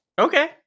Okay